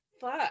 Fuck